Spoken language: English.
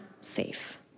safe